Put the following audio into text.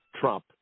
trump